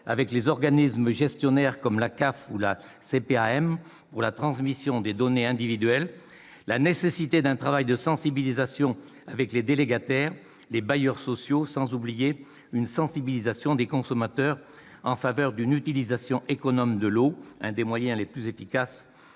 avec les organismes gestionnaires comme la CAF ou la CPAM pour la transmission des données individuelles, la nécessité d'un travail de sensibilisation avec les délégataires et les bailleurs sociaux, sans oublier une sensibilisation des consommateurs en faveur d'une utilisation économe de l'eau, ce qui constitue l'un des moyens les plus efficaces